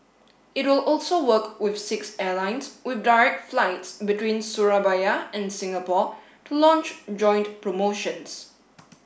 it will also work with six airlines with direct flights between Surabaya and Singapore to launch joint promotions